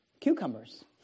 cucumbers